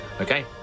Okay